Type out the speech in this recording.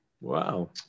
Wow